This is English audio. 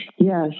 Yes